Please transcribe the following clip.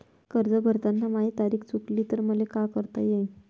कर्ज भरताना माही तारीख चुकली तर मले का करता येईन?